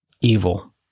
evil